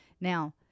Now